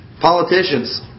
politicians